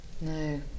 No